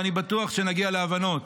ואני בטוח שנגיע להבנות